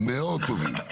מאוד טובים.